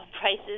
prices